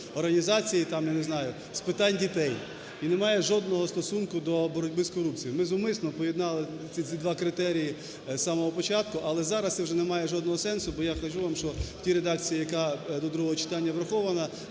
організації там, я не знаю, з питань дітей, і не має жодного стосунку до боротьби з корупцією. Ми зумисно поєднали ці два критерії з самого початку, але зараз це вже не має жодного сенсу, бо я кажу вам, що в тій редакції, яка до другого читання врахована,